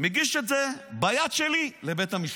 מגיש את זה ביד שלי לבית המשפט.